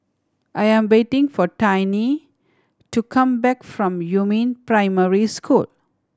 I am waiting for Tiny to come back from Yumin Primary School